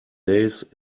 days